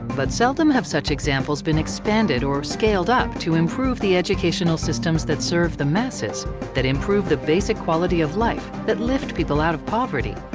but seldom have such examples been expanded or scaled up to improve the educational systems that serve the masses that improve the basic quality of life, that lift people out of poverty.